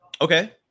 Okay